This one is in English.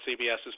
CBS's